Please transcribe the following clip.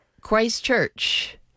Christchurch